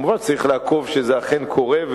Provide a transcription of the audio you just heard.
מובן שצריך לעקוב שזה אכן קורה,